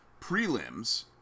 prelims